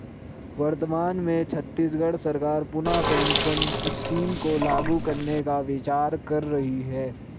वर्तमान में छत्तीसगढ़ सरकार पुनः पेंशन स्कीम को लागू करने का विचार कर रही है